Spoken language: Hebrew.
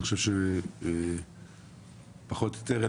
אני חושב שפחות או יותר,